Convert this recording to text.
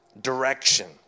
direction